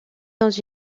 dans